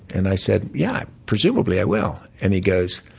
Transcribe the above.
and i said, yeah, presumably, i will. and he goes,